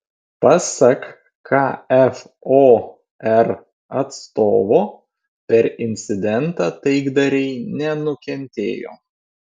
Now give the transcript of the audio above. pasak kfor atstovo per incidentą taikdariai nenukentėjo